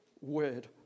word